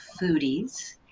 foodies